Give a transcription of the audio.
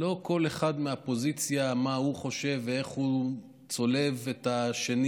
לא כל אחד מהפוזיציה של מה הוא חושב ואיך הוא צולב את השני,